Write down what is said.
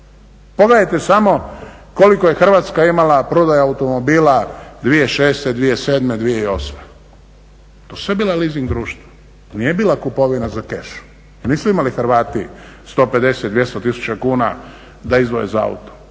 Pogledajte samo koliko je Hrvatska imala prodaja automobila 2006., 2007., 2008. To su sve bila leasing društva, nije bila kupovina za keš. Nisu imali Hrvati 150, 200 tisuća kuna da izdvoje za auto.